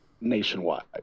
nationwide